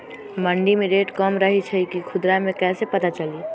मंडी मे रेट कम रही छई कि खुदरा मे कैसे पता चली?